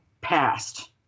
passed